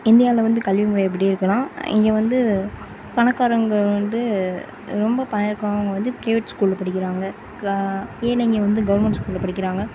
இந்தியாவில் வந்து கல்வி முறை எப்படி இருக்குனால் இங்கே வந்து பணக்காரங்க வந்து ரொம்ப பணம் இருக்கறவுங்க வந்து பிரைவே ட் ஸ்கூலில் படிக்கிறாங்க க ஏழைங்கள் வந்து கவர்மண்ட் ஸ்கூலில் படிக்கிறாங்க